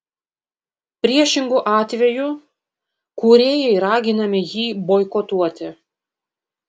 priešingu atveju kūrėjai raginami jį boikotuoti